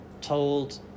told